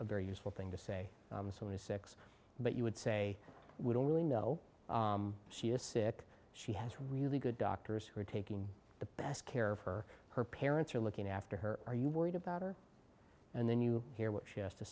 a very useful thing to say so it is six but you would say we don't really know she is sick she has really good doctors who are taking the best care of her her parents are looking after her are you worried about her and then you hear what she has to